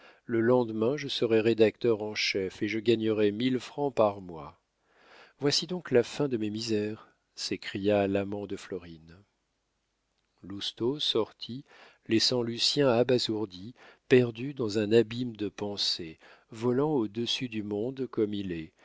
le lendemain je serai rédacteur en chef et je gagnerai mille francs par mois voici donc la fin de mes misères s'écria l'amant de florine lousteau sortit laissant lucien abasourdi perdu dans un abîme de pensées volant au-dessus du monde comme il est